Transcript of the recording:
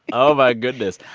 oh, my goodness.